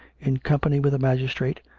in company with a magistrate,